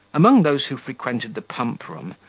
among those who frequented the pump-room,